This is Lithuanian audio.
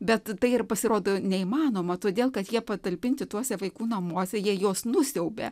bet tai ir pasirodo neįmanoma todėl kad jie patalpinti tuose vaikų namuose jie juos nusiaubė